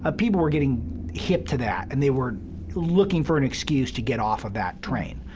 ah people were getting hip to that, and they were looking for an excuse to get off of that train,